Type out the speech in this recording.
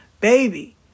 Baby